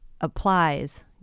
applies